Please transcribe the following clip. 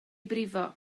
brifo